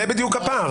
זה בדיוק הפער.